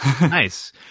Nice